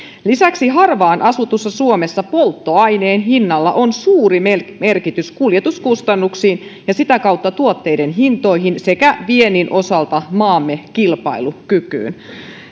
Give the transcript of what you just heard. lisäksi harvaanasutussa suomessa polttoaineen hinnalla on suuri merkitys kuljetuskustannuksiin ja sitä kautta tuotteiden hintoihin sekä viennin osalta maamme kilpailukykyyn